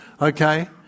Okay